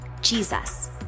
Jesus